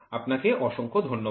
আপনাকে অসংখ্য ধন্যবাদ